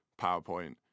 powerpoint